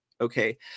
Okay